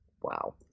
Wow